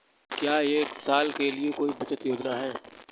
क्या एक साल के लिए कोई बचत योजना है?